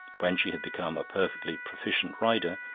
when she had become a perfectly proficient rider,